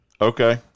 Okay